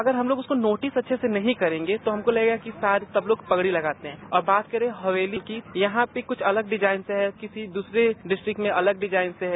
अगर हम लोग उसे नोटिस नहीं करेंगे तो हमको लगेगा कि सब लोग पगड़ी लगाते है और बात करे हवेली की गहां पर कुल अलग डिजाइन्स है किसी दूसरे डिस्ट्रिक में अलग डिजाइन्स से है